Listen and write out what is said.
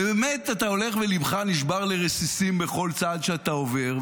אתה הולך וליבך נשבר לרסיסים בכל צעד שאתה עובר.